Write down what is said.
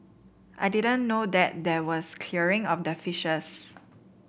I didn't know that there was clearing of the fishes